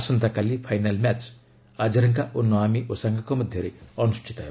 ଆସନ୍ତାକାଲି final match Azarenka ଓ Naomi ଓସାକାଙ୍କ ମଧ୍ୟରେ ଅନୁଷ୍ଠିତ ହେବ